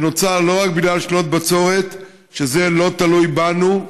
שנוצר לא רק בגלל שנות בצורת, שזה לא תלוי בנו.